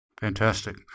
Fantastic